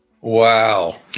Wow